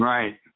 Right